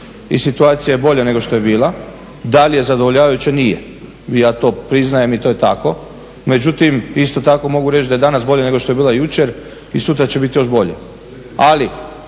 i situacija je bolja nego što je bila. Da li je zadovoljavajuća? Nije. Ja to priznajem i to je tako. Međutim, isto tako mogu reći da je danas bolja nego što je bila jučer i sutra će biti još bolja. Ali,